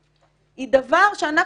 היא דבר שאנחנו,